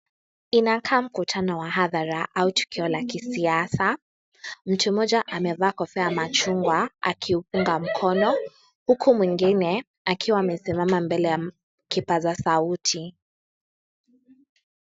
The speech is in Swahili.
Inakaa mkutano wa hadhara au tukio la kisiasa, mtu mmoja amevaa kofia ya machungwa akiupunga mkono, huku mwingine akiwa amesimama mbele ya kipaza sauti.